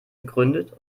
gegründet